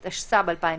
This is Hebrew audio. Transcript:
מפרידים.